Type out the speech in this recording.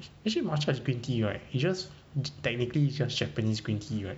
actually matcha is just green tea right it's just technically is just japanese green tea right